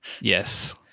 Yes